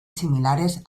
similares